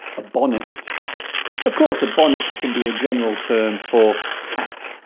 a bonnet of course a bonnet can be a general term for hat